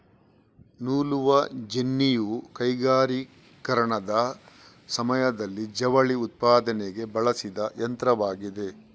ನೂಲುವ ಜೆನ್ನಿಯು ಕೈಗಾರಿಕೀಕರಣದ ಸಮಯದಲ್ಲಿ ಜವಳಿ ಉತ್ಪಾದನೆಗೆ ಬಳಸಿದ ಯಂತ್ರವಾಗಿದೆ